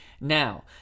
Now